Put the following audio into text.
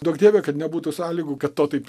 duok dieve kad nebūtų sąlygų kad to taip